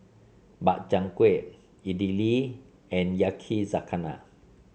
Makchang Gui Idili and Yakizakana